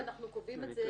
אני מכירה את זה